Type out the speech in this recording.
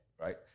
right